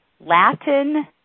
Latin